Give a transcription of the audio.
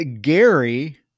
Gary